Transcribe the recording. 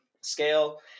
scale